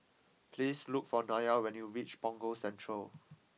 please look for Nya when you reach Punggol Central